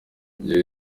njyewe